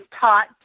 taught